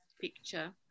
picture